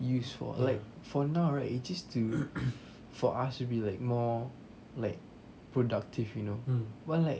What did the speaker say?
used for like for now right it's just to for us to be like more like productive you know but like